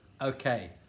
Okay